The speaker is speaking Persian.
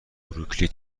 بروکلی